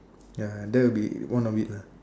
ya that will be one of it lah